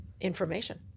information